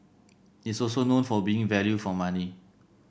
it's also known for being value for money